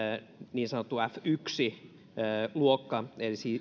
niin sanottu f yksi luokka